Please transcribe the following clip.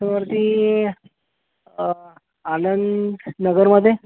वरती आनंद नगरमध्ये